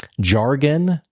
jargon